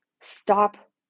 stop